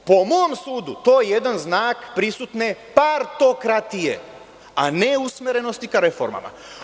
Po mom sudu to je jedan znak prisutne partokratije, a ne usmerenosti ka reformama.